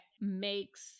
makes